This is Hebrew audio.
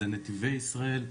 זה נתיבי ישראל,